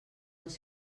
els